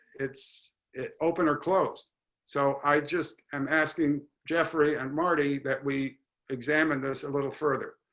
it's it's open or closed so i just am asking jeffrey and marty that we examine this a little further.